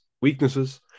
weaknesses